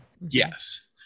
yes